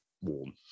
warm